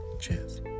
Cheers